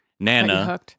Nana